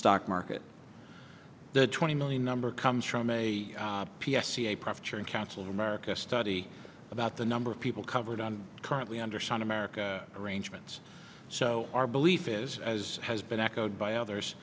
stock market the twenty million number comes from a p s c a profit sharing council america study about the number of people covered on currently under sun america arrangements so our belief is as has been echoed by others